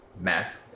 Matt